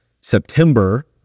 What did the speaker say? September